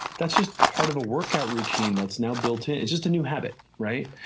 that's just part of a workout routine that's now built. it's just a new habit. right?